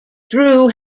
drew